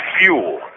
fuel